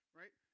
right